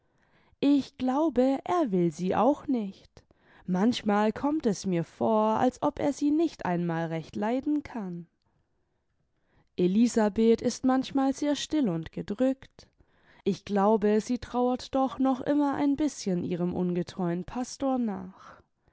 ich glaube er will sie auch nicht manchmal kommt es mir vor als ob er sie nicht einmal recht leiden kann elisabeth ist manchmal sehr still imd gedrückt ich glaube sie trauert doch noch immer ein bißchen ihrem ungetreuen pastor nach